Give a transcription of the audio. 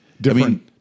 Different